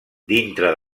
dintre